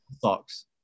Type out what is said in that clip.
socks